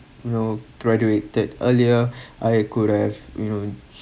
you know graduated earlier I could have you know